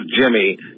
Jimmy